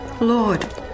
Lord